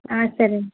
సరే అండి